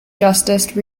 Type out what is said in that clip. justice